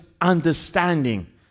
understanding